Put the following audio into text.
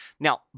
Now